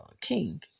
King